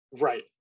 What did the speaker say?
Right